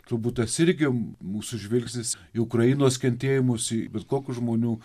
turbut tas irgi mūsų žvilgsnis į ukrainos kentėjimus į bet kokių žmonių